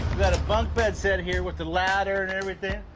got a bunk bed set here, with the ladder, and everything.